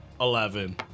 Eleven